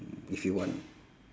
if you want